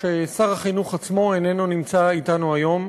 ששר החינוך עצמו איננו נמצא אתנו היום.